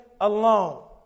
alone